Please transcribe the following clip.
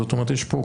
זאת אומרת יש פה,